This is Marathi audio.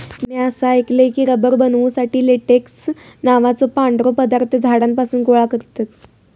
म्या असा ऐकलय की, रबर बनवुसाठी लेटेक्स नावाचो पांढरो पदार्थ झाडांपासून गोळा करतत